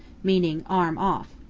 meaning arm off.